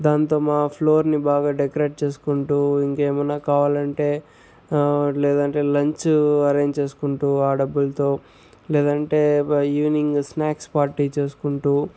దాంతో మా ఫ్లోర్ని బాగా డెకరేట్ చేసుకుంటూ ఇంకేమన్నా కావాలంటే లేదంటే లంచు అరెంజ్ చేసుకుంటూ ఆ డబ్బులతో లేదంటే ఈవినింగు స్నాక్స్ పార్టీ చేసుకుంటూ